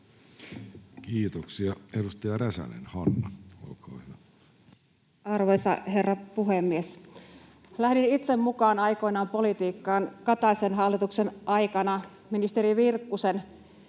Kiitoksia. — Edustaja Räsänen, Hanna, olkaa hyvä. Arvoisa herra puhemies! Lähdin itse aikoinaan mukaan politiikkaan Kataisen hallituksen aikana ministeri Virkkusen